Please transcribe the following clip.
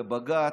לבג"ץ,